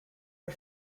are